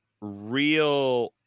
real